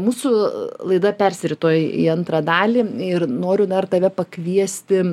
mūsų laida persirito į antrą dalį ir noriu dar tave pakviesti